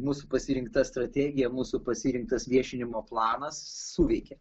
mūsų pasirinkta strategija mūsų pasirinktas viešinimo planas suveikė